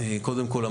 קודם כל,